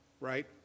right